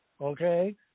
okay